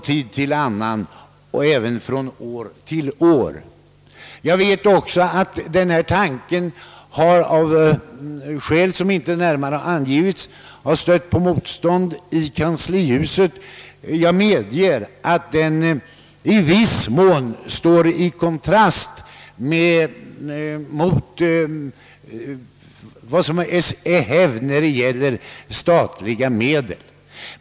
Jag vet att denna tanke av skäl som inte närmare angivits stött på motstånd i kanslihuset. Jag vet också att en sådan här anordning i viss mån strider mot vad som är hävd när det gäller användningen av statliga medel.